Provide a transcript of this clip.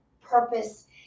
purpose